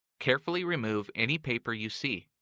carefully remove any paper you see.